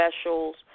specials